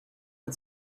had